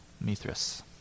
Mithras